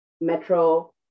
Metro